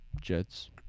Jets